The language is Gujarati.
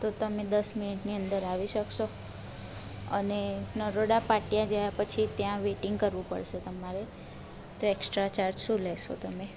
તો તમે દસ મિનિટની અંદર આવી શકશો અને નરોડા પાટિયા ગયા પછી ત્યાં વેટિંગ કરવું પડશે તમારે તો એકસ્ટ્રા ચાર્જ શું લેશો તમે